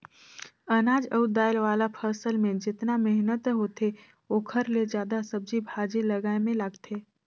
अनाज अउ दायल वाला फसल मे जेतना मेहनत होथे ओखर ले जादा सब्जी भाजी लगाए मे लागथे